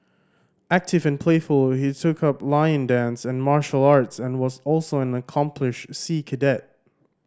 active and playful he took up lion dance and martial arts and was also an accomplished sea cadet